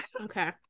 Okay